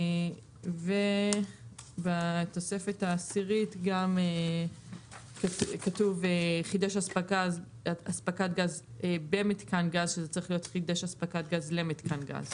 בתוספת העשירית כתוב "חידש אספקת גז במתקן גז",